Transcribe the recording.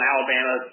Alabama